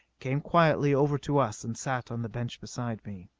came quietly over to us and sat on the bench beside me.